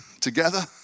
together